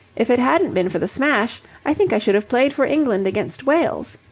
if it hadn't been for the smash, i think i should have played for england against wales.